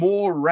More